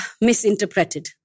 misinterpreted